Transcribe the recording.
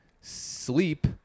sleep